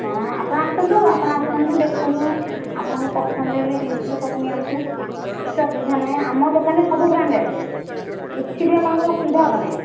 ହଁ ଆପଣ ଆସନ୍ତୁ ଆପଣ ଆସନ୍ତୁ ଦେଖନ୍ତୁ ଆପଣଙ୍କ ପସନ୍ଦ ହେଲେ ଜିନିଷ ସବୁ ନିଅନ୍ତୁ କିଛି ଅସୁବିଧା ନାହିଁ ଆମ ଦୋକାନରେ ସବୁ ବ୍ରାଣ୍ଡେଡ଼ କିଛି ବି ଆପଣଙ୍କର ଅସୁବିଧା ହେବନାହିଁ